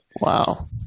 wow